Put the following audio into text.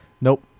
Nope